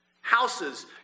houses